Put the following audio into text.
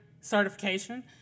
certification